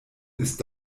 ist